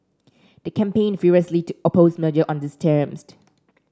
they campaigned furiously to oppose merger on these terms